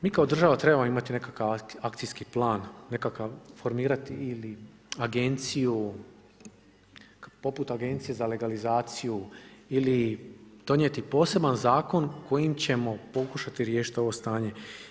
Mi kao država trebamo imati nekakav akcijski plan, formirati ili agenciju poput Agencije za legalizaciju ili donijeti poseban zakon kojim ćemo pokušati riješiti ovo stanje.